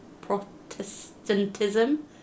Protestantism